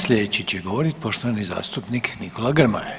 Slijedeći će govorit poštovani zastupnik Nikola Grmoja.